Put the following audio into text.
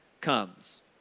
comes